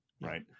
right